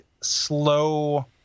slow